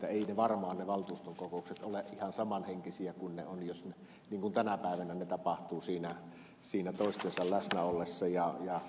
eivät ne valtuuston kokoukset varmaan ole ihan samanhenkisiä niin kuin ne tänä päivänä ovat kun ne tapahtuvat siinä toinen toistensa läsnä ollessa